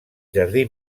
jardí